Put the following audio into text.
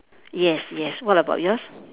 yes yes what about yours